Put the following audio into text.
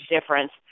difference